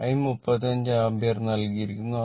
I 35 ampere നൽകിയിരിക്കുന്നു